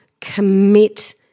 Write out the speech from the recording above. commit